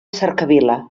cercavila